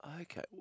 Okay